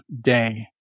day